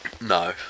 No